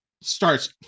starts